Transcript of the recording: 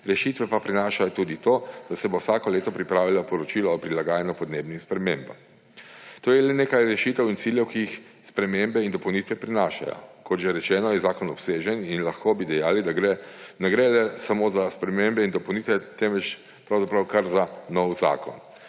rešitve pa prinašajo tudi to, da se bo vsako leto pripravilo poročilo o prilagajanju podnebnim spremembam. To je le nekaj rešitev in ciljev, ki jih spremembe in dopolnitve prinašajo. Kot že rečeno, je zakon obsežen in lahko bi dejali, da ne gre le za spremembe in dopolnitve, temveč pravzaprav kar za nov zakon.